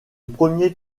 premier